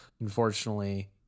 Unfortunately